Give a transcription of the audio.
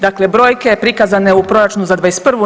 Dakle, brojke prikazane u proračunu za 2021.